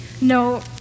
No